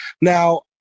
Now